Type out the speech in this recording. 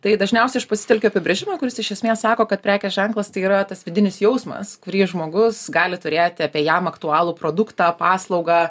tai dažniausiai aš pasitelkiu apibrėžimą kuris iš esmės sako kad prekės ženklas tai yra tas vidinis jausmas kurį žmogus gali turėti apie jam aktualų produktą paslaugą